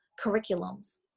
curriculums